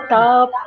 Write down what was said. top